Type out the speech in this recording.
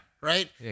Right